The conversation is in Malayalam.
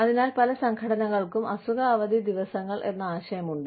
അതിനാൽ പല സംഘടനകൾക്കും അസുഖ അവധി ദിവസങ്ങൾ എന്ന ആശയം ഉണ്ട്